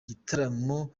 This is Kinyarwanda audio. igitaramo